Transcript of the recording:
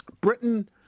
Britain